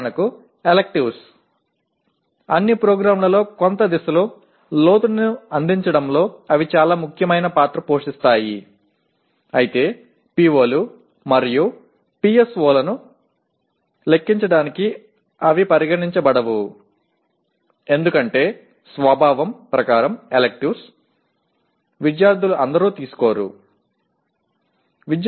எடுத்துக்காட்டாக விருப்ப பாட தேர்வுகள் எல்லா திட்டங்களிலும் ஆழத்தை வழங்குவதில் மிக முக்கிய பங்கு வகிக்கின்றன ஆனால் அவை POக்கள் மற்றும் PSOக்களை கணக்கிடுவதற்கு கருதப்படுவதில்லை ஏனெனில் இயல்பான விருப்ப பாட தேர்வுகள் அனைத்து மாணவர்களாலும் எடுக்கப்படுவதில்லை